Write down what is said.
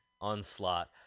onslaught